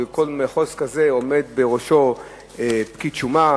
ובראש כל מחוז כזה עומד פקיד שומה,